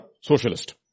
socialist